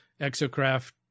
Exocraft